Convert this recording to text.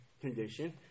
condition